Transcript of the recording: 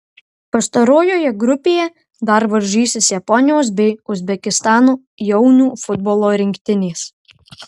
pastarojoje grupėje dar varžysis japonijos bei uzbekistano jaunių futbolo rinktinės